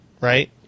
right